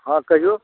हाँ कहियौ